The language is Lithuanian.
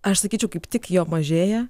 aš sakyčiau kaip tik jo mažėja